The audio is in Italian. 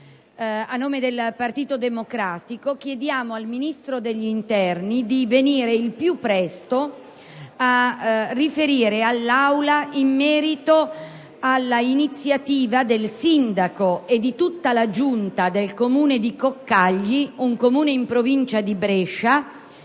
A nome del Partito Democratico chiediamo al Ministro dell'interno di venire il più presto possibile a riferire in Aula in merito all'iniziativa intrapresa dal sindaco e da tutta la giunta del Comune di Coccaglio, un Comune in provincia di Brescia